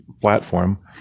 platform